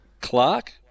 Clark